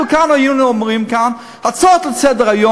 אנחנו כאן היינו אומרים כאן אין-סוף הצעות לסדר-היום,